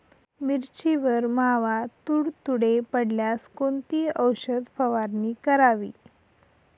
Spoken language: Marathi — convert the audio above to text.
मिरचीवर मावा, तुडतुडे पडल्यास कोणती औषध फवारणी करावी?